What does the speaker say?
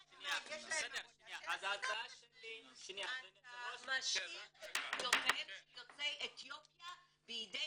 אתה משאיר את הזכויות של יוצאי אתיופיה בידי